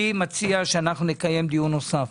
מציע שנקיים דיון נוסף.